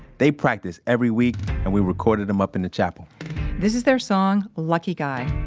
they practice every week, and we recorded them up in the chapel this is their song lucky guy,